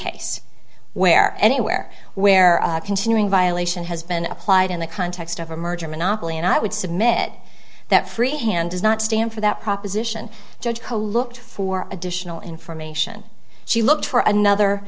case where anywhere where continuing violation has been applied in the context of a merger monopoly and i would submit that freehand does not stand for that proposition judge who looked for additional information she looked for another